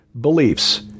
beliefs